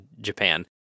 Japan